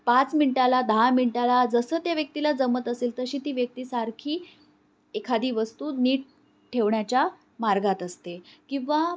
पाच मिनिटाला दहा मिनटाला जसं त्या व्यक्तीला जमत असेल तशी ती व्यक्तीसारखी एखादी वस्तू नीट ठेवण्याच्या मार्गात असते किंवा